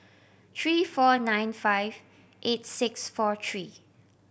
three four nine five eight six four three